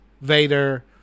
Vader